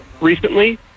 recently